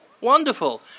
Wonderful